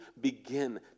begin